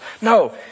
No